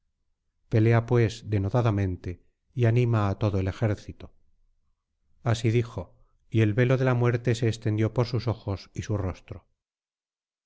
pelea pues denodadamente y anima á todo el ejército así dijo y el velo de la muerte se extendió por sus ojos y su rostro